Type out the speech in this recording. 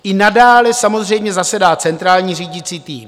I nadále samozřejmě zasedá centrální řídící tým.